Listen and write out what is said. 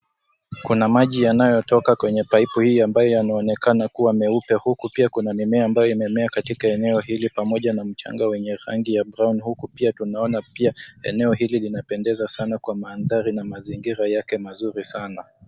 Kuna maji yanayotoka kwenye paipu hii ambayo yanaonekana kuwa meupe huku pia kuna mimea ambayo imemea katika eneo hili pamoja na mchanga wenye rangi ya mbao na huku pia tunaona pia eneo hili linapendeza sana kwa mandhari na mazingira yake mazuri sana.